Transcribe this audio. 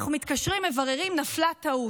אנחנו מתקשרים, מבררים, נפלה טעות,